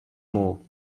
moved